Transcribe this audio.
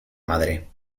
madre